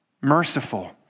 merciful